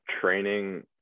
training